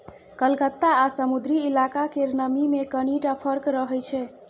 कलकत्ता आ समुद्री इलाका केर नमी मे कनिटा फर्क रहै छै